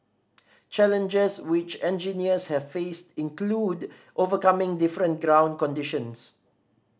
challenges which engineers have faced include overcoming different ground conditions